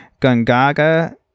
Gungaga